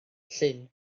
llyn